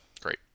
Great